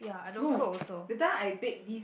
no that time I bake this